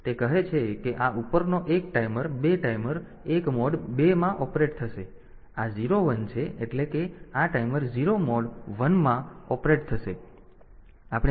તેથી તે કહે છે કે આ ઉપરનો એક ટાઈમર 2 ટાઈમર 1 મોડ 2 માં ઓપરેટ થશે અને આ 0 1 છે એટલે કે આ ટાઈમર 0 મોડ વનમાં ઓપરેટ થશે તેટલું નીચું હશે